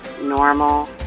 normal